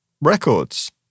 records